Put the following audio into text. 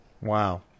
Wow